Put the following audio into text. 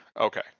Okay